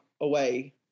away